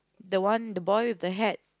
the one the boy with the hat